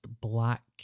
black